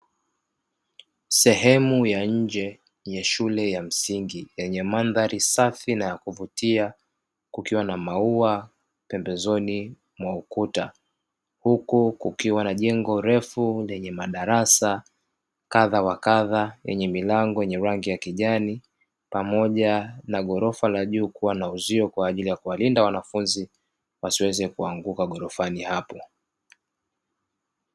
Sehemu ya nje ya shule ya msingi yenye mandhari safi na ya kuvutia kukiwa na maua pembezoni mwa ukuta, huku kukiwa na jengo refu lenye madarasa kadha wa kadha yenye rangi ya kijani, na moja na ghorofa la juu kuwa na uzio kwa ajili ya kuwalinda wanafunzi wasiweze kuanguka gorofani hapo.